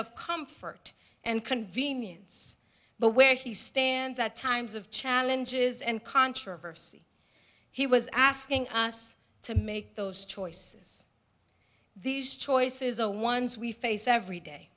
of comfort and convenience but where he stands at times of challenges and controversy he was asking us to make those choices these choices are ones we face every day